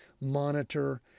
monitor